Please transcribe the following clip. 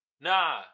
Nah